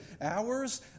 hours